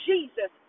Jesus